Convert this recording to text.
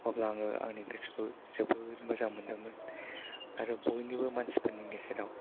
अब्ला आङो आंनि गोसोखौ जोबोर मोजां मोनदोंमोन आरो बयनिबो मानसिफोरनि गेजेराव